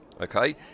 Okay